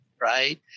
right